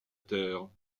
terre